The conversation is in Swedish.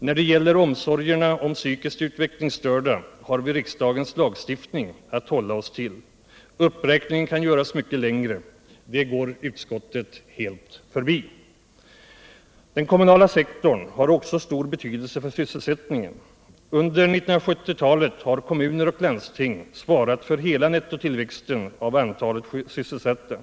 När det gäller omsorgerna om psykiskt utvecklingsstörda har vi riksdagens lagstiftning att hålla oss tll. Uppräkningen kan göras mycket längre. Det går utskottet helt förbi. Den kommunala sektorn har också stor betydelse för sysselsättningen. Under 1970-talet har kommuner och landsting svarat för hela nettotillväxten av antalet sysselsatta.